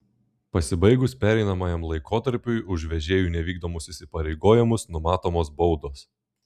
pasibaigus pereinamajam laikotarpiui už vežėjų nevykdomus įsipareigojimus numatomos baudos